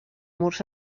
murs